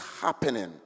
happening